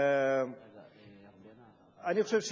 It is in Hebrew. עוד פעם,